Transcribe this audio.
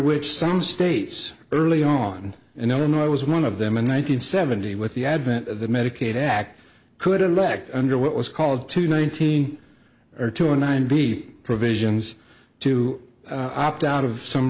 which some states early on in illinois i was one of them a nine hundred seventy with the advent of the medicaid act could elect under what was called to nineteen or to a nine b provisions to opt out of some